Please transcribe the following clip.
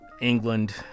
England